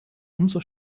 umso